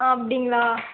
அப்படிங்களா